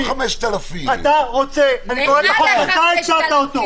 לא 5,000. אני קורא את החוק שאתה הצעת.